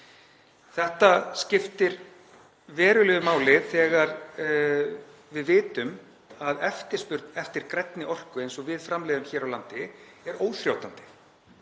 Þetta skiptir verulegu máli þegar við vitum að eftirspurn eftir grænni orku eins og við framleiðum hér á landi er óþrjótandi.